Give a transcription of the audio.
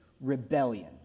rebellion